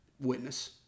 witness